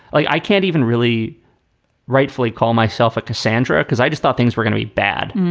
like i can't even really rightfully call myself a cassandra because i just thought things were gonna be bad.